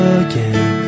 again